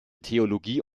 theologie